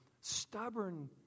stubborn